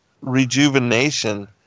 rejuvenation